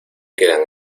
quedan